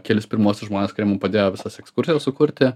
kelis pirmuosius žmones kurie mum padėjo visas ekskursijas sukurti